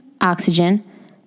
oxygen